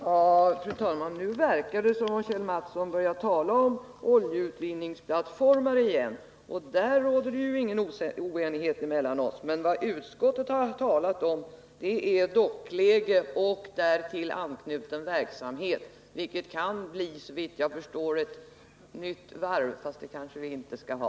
Fru talman! Nu verkar det som om Kjell Mattsson börjar tala om oljeutvinningsplattformar igen, men i fråga om dem råder det ju ingen oenighet mellan oss. Vad utskottet har talat om är ett dockläge och därtill anknuten verksamhet, vilket såvitt jag förstår kan bli ett nytt varv, och det kanske vi inte skall ha.